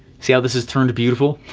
see how this is turned to beautiful?